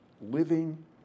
Living